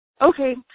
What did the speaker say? Okay